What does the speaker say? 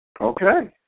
Okay